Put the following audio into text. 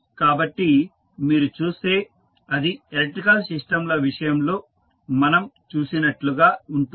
కాబట్టి మీరు చూస్తే అది ఎలక్ట్రికల్ సిస్టంల విషయంలో మనం చూసినట్లుగా ఉంటుంది